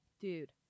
Dude